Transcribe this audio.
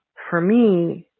for me,